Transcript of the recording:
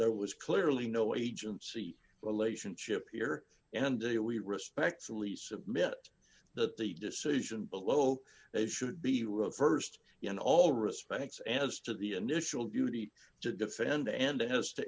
there was clearly no agency relationship here and do we respectfully submit that the decision below they should be reversed you know all respects as to the initial duty to defend the end it has t